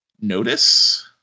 notice